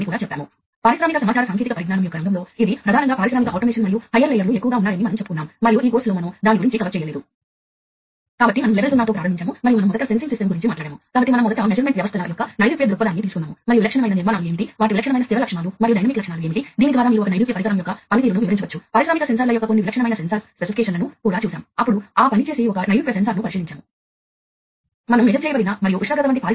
మొదట ఈ నిర్మాణాన్ని ప్రాథమికంగా పరిశీలిద్దాం మరియు దానిని చాలా ప్రజాదరణ పొందిన మరియు బాగా తెలిసిన సాధారణ కంప్యూటర్ కమ్యూనికేషన్ మోడల్తో పోల్చండి దీనిని ఓపెన్ సిస్టమ్ ఇంటర్కనెక్ట్ మోడల్ అంటారు